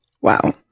Wow